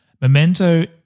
Memento